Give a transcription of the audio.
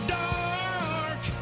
dark